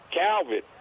Calvin